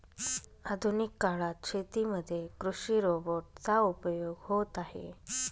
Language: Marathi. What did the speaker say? आधुनिक काळात शेतीमध्ये कृषि रोबोट चा उपयोग होत आहे